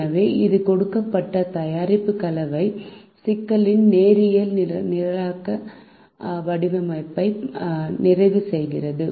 எனவே இது கொடுக்கப்பட்ட தயாரிப்பு கலவை சிக்கலின் நேரியல் நிரலாக்க வடிவமைப்பை நிறைவு செய்கிறது